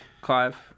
Clive